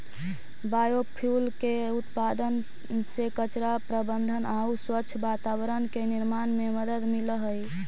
biofuel के उत्पादन से कचरा प्रबन्धन आउ स्वच्छ वातावरण के निर्माण में मदद मिलऽ हई